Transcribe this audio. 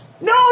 no